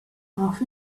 half